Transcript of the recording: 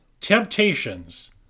Temptations